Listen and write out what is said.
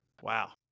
Wow